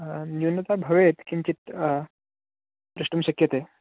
न्यूनता भवेत् किञ्चित् द्रष्टुं शक्यते